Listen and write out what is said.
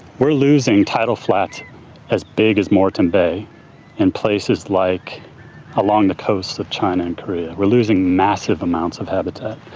we're losing tidal flats as big as moreton bay and places like along the coast of china and korea, we're losing massive amounts of habitat.